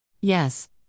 Yes